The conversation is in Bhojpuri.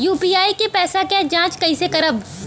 यू.पी.आई के पैसा क जांच कइसे करब?